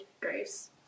grace